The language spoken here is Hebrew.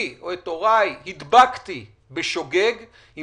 הדבקתי בשוגג את הוריי או את סבתי,